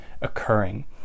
occurring